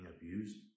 abused